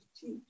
Teach